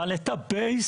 אבל את הבסיס.